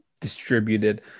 distributed